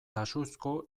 taxuzko